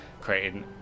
creating